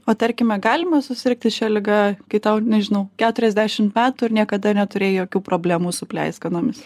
o tarkime galima susirgti šia liga kai tau nežinau keturiasdešimt metų ir niekada neturėjai jokių problemų su pleiskanomis